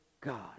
God